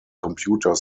computer